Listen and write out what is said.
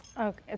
Okay